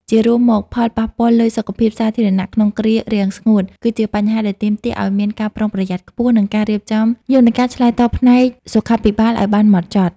ជារួមមក ផលប៉ះពាល់លើសុខភាពសាធារណៈក្នុងគ្រារាំងស្ងួត គឺជាបញ្ហាដែលទាមទារឱ្យមានការប្រុងប្រយ័ត្នខ្ពស់ និងការរៀបចំយន្តការឆ្លើយតបផ្នែកសុខាភិបាលឱ្យបានហ្មត់ចត់។